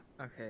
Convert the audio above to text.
Okay